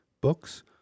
books